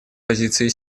позиции